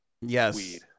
yes